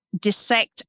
dissect